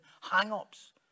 hang-ups